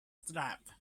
strap